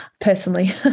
personally